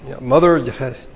Mother